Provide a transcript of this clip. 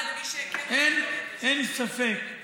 אין ספק.